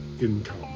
income